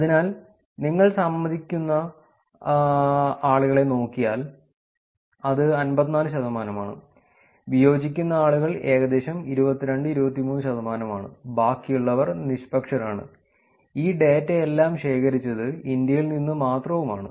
അതിനാൽ നിങ്ങൾ സമ്മതിക്കുന്ന ആളുകളെ നോക്കിയാൽ അത് 54 ശതമാനമാണ് വിയോജിക്കുന്ന ആളുകൾ ഏകദേശം 22 23 ശതമാനമാണ് ബാക്കിയുള്ളവർ നിഷ്പക്ഷരാണ് ഈ ഡാറ്റയെല്ലാം ശേഖരിച്ചത് ഇന്ത്യയിൽ നിന്ന് മാത്രവുമാണ്